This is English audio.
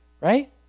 right